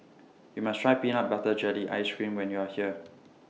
YOU must Try Peanut Butter Jelly Ice Cream when YOU Are here